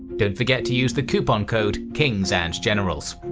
don't forget to use the coupon code kingsandgenerals!